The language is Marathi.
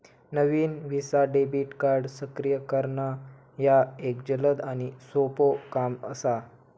नवीन व्हिसा डेबिट कार्ड सक्रिय करणा ह्या एक जलद आणि सोपो काम असा